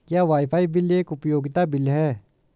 क्या wifi bill एक उपयोगिता बिल है?